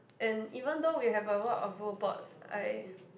and even though we have a lot of robots I